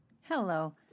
Hello